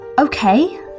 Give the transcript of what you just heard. okay